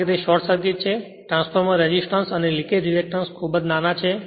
કારણ કે તે શોર્ટ સર્કિટ છે ટ્રાન્સફોર્મર રેસિસ્ટન્સ અને લિકેજ રીએકટન્સ ખૂબ નાના છે